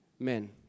Amen